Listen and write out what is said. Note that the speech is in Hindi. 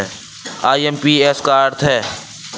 आई.एम.पी.एस का क्या अर्थ है?